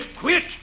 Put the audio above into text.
Quit